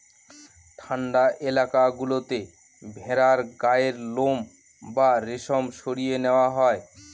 ঠান্ডা এলাকা গুলোতে ভেড়ার গায়ের লোম বা রেশম সরিয়ে নেওয়া হয়